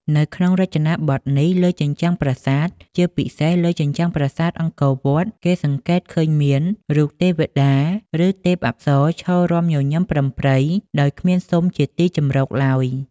នៅក្នុងរចនាបថនេះ លើជញ្ជាំងប្រាសាទ ជាពិសេសលើជញ្ជាំងប្រាសាទអង្គរវត្ដ គេសង្កេត ឃើញមានរូប ទេវតា ឬទេពអប្សរឈររេរាំញញឹមប្រិមប្រិយ ដោយគ្មានស៊ុមជាទីជម្រកឡើយ ។